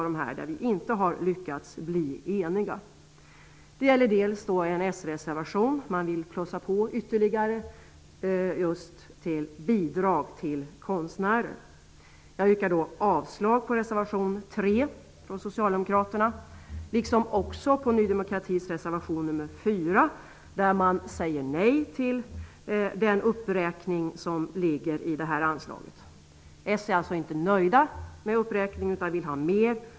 Det gäller för det första en s-reservation i vilken föreslås att man skall plussa på ytterligare till bidrag till konstnärer. Jag yrkar avslag på reservation 3 från socialdemokraterna. Jag yrkar också avslag på Ny demokratis reservation 4, där man säger nej till den uppräkning som föreslås av detta anslag. Socialdemokraterna är alltså inte nöjda med uppräkningen utan vill ha mer.